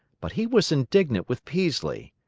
but he was indignant with peaslee.